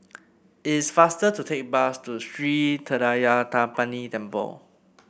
it is faster to take bus to Sri Thendayuthapani Temple